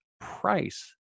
price